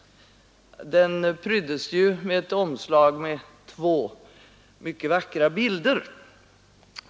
Den pryddes ju med två mycket vackra bilder på omslaget.